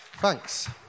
Thanks